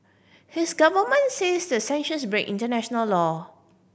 his government says the sanctions break international law